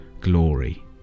glory